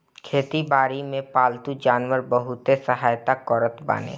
खेती बारी में पालतू जानवर बहुते सहायता करत बाने